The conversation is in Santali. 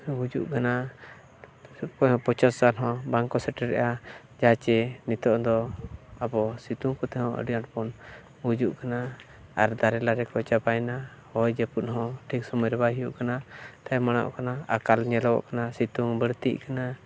ᱜᱩᱡᱩᱜ ᱠᱟᱱᱟ ᱯᱚᱸᱪᱟᱥ ᱥᱟᱞ ᱦᱚᱸ ᱵᱟᱝᱠᱚ ᱥᱮᱴᱮᱨᱮᱜᱼᱟ ᱡᱟᱦᱟᱸ ᱪᱮ ᱱᱤᱛᱚᱝ ᱫᱚ ᱟᱵᱚ ᱥᱤᱛᱩᱝ ᱠᱚᱛᱮ ᱦᱚᱸ ᱟᱹᱰᱤ ᱟᱸᱴ ᱵᱚᱱ ᱜᱩᱡᱩᱜ ᱠᱟᱱᱟ ᱟᱨ ᱫᱟᱨᱮ ᱱᱟᱹᱲᱤ ᱠᱚ ᱪᱟᱵᱟᱭᱮᱱᱟ ᱦᱚᱭ ᱡᱟᱹᱯᱩᱫ ᱦᱚᱸ ᱴᱷᱤᱠ ᱥᱚᱢᱚᱭ ᱨᱮ ᱵᱟᱭ ᱦᱩᱭᱩᱜ ᱠᱟᱱᱟ ᱛᱟᱭᱚᱢ ᱢᱟᱲᱟᱝᱼᱚᱜ ᱠᱟᱱᱟ ᱟᱠᱟᱞ ᱧᱮᱞᱚᱜᱚᱜ ᱠᱟᱱᱟ ᱥᱤᱛᱩᱝ ᱵᱟᱹᱲᱛᱤᱜ ᱠᱟᱱᱟ